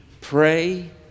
pray